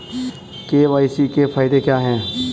KYC के फायदे क्या है?